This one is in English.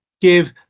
give